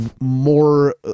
more